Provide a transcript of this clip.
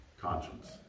conscience